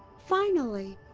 finally!